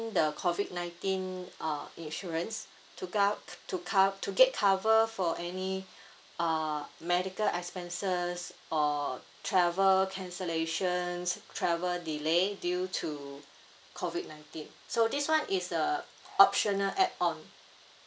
the COVID nineteen uh insurance to co~ to co~ to get cover for any uh medical expenses or travel cancellations travel delay due to COVID nineteen so this one is a optional add on